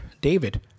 David